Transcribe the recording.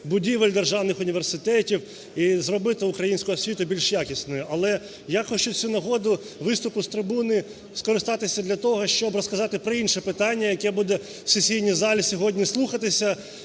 будівель державних університетів і зробити українську освіту більш якісною. Але я хочу цю нагоду, виступу з трибуни, скористатися для того, щоб розказати про інше питання, яке буде в сесійній залі сьогодні слухатися,